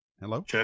Hello